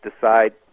decide